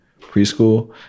preschool